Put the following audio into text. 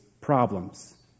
problems